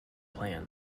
plan